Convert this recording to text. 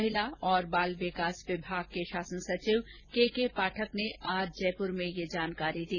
महिला और बाल विकास विभाग के शासन सचिव केकेपाठक ने आज जयपूर में ये जानकारी दी